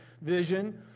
vision